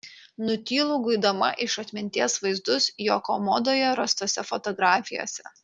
nutylu guidama iš atminties vaizdus jo komodoje rastose fotografijose